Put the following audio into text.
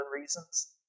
reasons